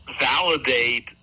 validate